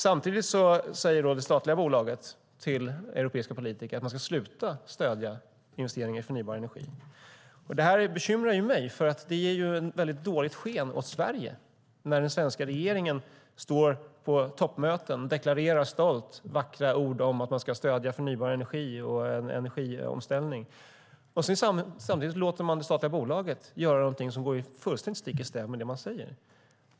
Samtidigt säger det statliga bolaget till europeiska politiker att man ska sluta stödja investeringar i förnybar energi. Detta bekymrar mig. Det ger ett dåligt sken åt Sverige när den svenska regeringen på toppmöten stolt deklarerar vackra ord om att stödja förnybar energi och energiomställning och samtidigt låter det statliga bolaget göra något som går fullständigt stick i stäv med det man säger.